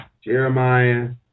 Jeremiah